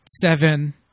seven